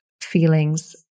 feelings